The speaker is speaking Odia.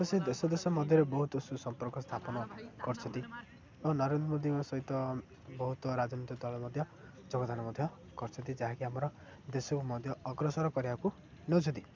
ତ ସେ ଦେଶ ଦେଶ ମଧ୍ୟରେ ବହୁତ ସୁୁ ସମ୍ପର୍କ ସ୍ଥାପନ କରିଛନ୍ତି ଓ ନରେନ୍ଦ୍ର ମୋଦିଙ୍କ ସହିତ ବହୁତ ରାଜନୀତି ଦଳ ମଧ୍ୟ ଯୋଗଦାନ ମଧ୍ୟ କରିଛନ୍ତି ଯାହାକି ଆମର ଦେଶକୁ ମଧ୍ୟ ଅଗ୍ରସର କରିବାକୁ ନଉଛନ୍ତି